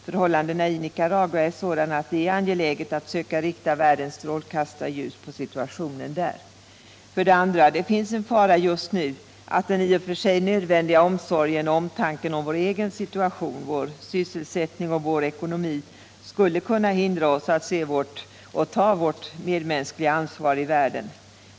Förhållandena i Nicaragua är sådana att det är angeläget att söka rikta världens strålkastarljus på situationen där. För det andra finns det en fara just nu att den i och för sig nödvändiga omsorgen om vår egen situation — vår sysselsättning och vår ekonomi — skulle kunna hindra oss att se och ta vårt medmänskliga ansvar i världen.